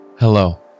Hello